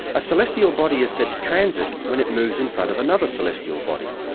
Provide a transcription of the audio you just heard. a celestial body is said to transit when it moves in front of another celestial body.